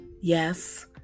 Yes